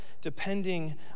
depending